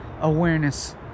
awareness